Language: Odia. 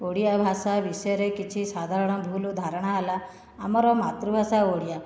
ଓଡ଼ିଆ ଭାଷା ବିଷୟରେ କିଛି ସାଧାରଣ ଭୁଲ ଧାରଣା ହେଲା ଆମର ମାତୃଭାଷା ଓଡ଼ିଆ